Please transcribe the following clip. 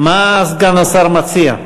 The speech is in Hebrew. מה סגן השר מציע?